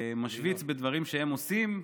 משוויץ בדברים שהם עושים.